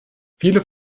viele